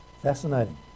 Fascinating